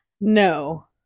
No